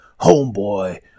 Homeboy